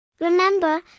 Remember